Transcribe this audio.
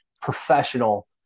professional